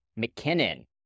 McKinnon